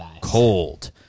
cold